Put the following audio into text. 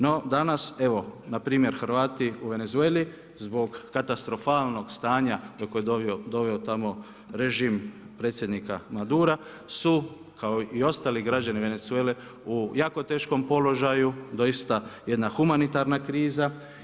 No, danas, evo npr. Hrvati u Venezueli, zbog katastrofalnog stanja do koje je doveo tamo režim predsjednika Madura su kao i ostali građani Venezuele u jakom teškom položaju, doista jedna humanitarna kriza.